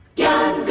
yeah.